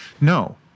no